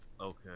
Okay